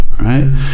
right